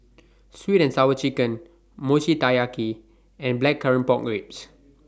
Sweet and Sour Chicken Mochi Taiyaki and Blackcurrant Pork Ribs